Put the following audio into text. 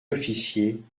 officiers